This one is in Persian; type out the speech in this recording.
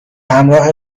همراه